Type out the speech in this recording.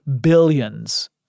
billions